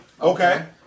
Okay